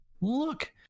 Look